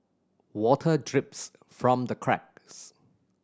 water drips from the cracks